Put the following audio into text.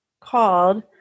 called